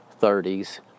30s